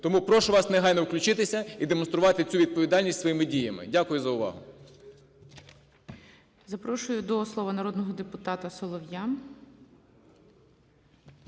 Тому прошу вас негайно включитися і демонструвати цю відповідальність своїми діями. Дякую за увагу.